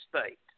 state